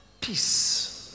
peace